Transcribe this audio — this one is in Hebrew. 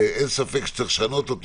אין ספק שצריך לשנות אותו.